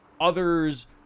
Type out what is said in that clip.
others